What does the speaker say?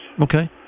Okay